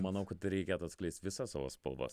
manau kad reikėtų atskleist visas savo spalvas